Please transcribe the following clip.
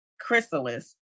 chrysalis